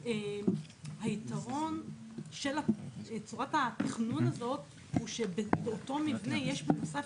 היתרון של צורת התכנון הזאת הוא שבאותו מבנה יש בנוסף